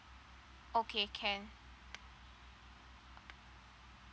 okay can